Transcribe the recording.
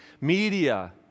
media